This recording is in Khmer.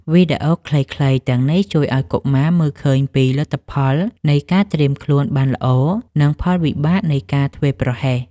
វីដេអូខ្លីៗទាំងនេះជួយឱ្យកុមារមើលឃើញពីលទ្ធផលនៃការត្រៀមខ្លួនបានល្អ និងផលវិបាកនៃការធ្វេសប្រហែស។